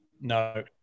No